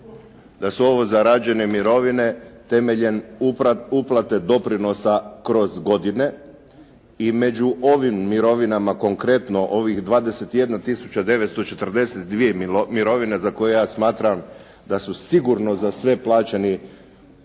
da su ovo zarađene mirovine temeljem uplate doprinosa kroz godine i među ovim mirovinama konkretno ovih 20 tisuća 942 mirovine za koje ja smatram da su sigurno za sve plaćeni